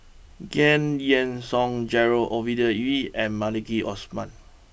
Giam Yean Song Gerald Ovidia Yu and Maliki Osman